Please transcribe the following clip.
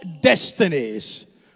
destinies